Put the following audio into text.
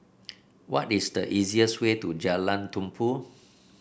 what is the easiest way to Jalan Tumpu